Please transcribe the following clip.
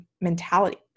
mentality